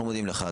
אנחנו מודים לך.